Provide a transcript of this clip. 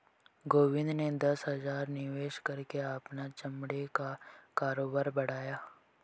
गोविंद ने दस हजार निवेश करके अपना चमड़े का कारोबार बढ़ाया